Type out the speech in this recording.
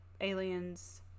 aliens